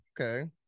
okay